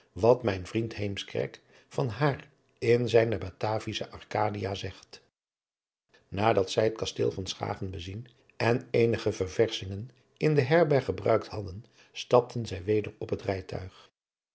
wat mijn vriend heemskerk van haar in zijne batavische arcadia zegt nadat zij het kasteel van schagen bezien en eenige ververschingen in de herberg gebruikt hadden stapten zij weder op het rijtuig